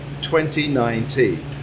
2019